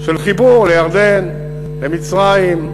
של חיבור לירדן, למצרים,